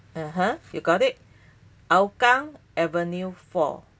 (uh huh) you got it Hougang avenue four